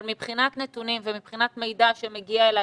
אבל מבחינת נתונים, ומבחינת מידע שמגיע אליי